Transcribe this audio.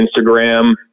Instagram